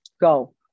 go